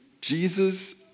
Jesus